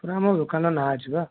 ପୁରା ଆମ ଦୋକାନର ନାଁ ଅଛି ପା